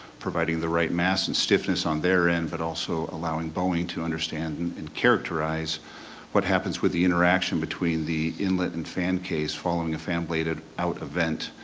providing the right mass and stiffness on their end, but also allowing boeing to understand and and characterize what happens with the interaction between the inlet and fan case following a fan bladed out event.